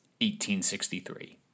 1863